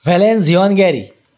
fallen Zion Gary